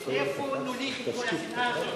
איפה נוליך את כל השנאה הזאת,